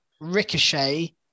Ricochet